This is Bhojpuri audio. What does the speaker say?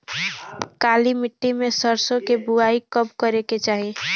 काली मिट्टी में सरसों के बुआई कब करे के चाही?